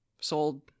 sold